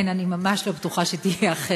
כן, אני ממש לא בטוחה שהיא תהיה אחרת.